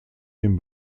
dem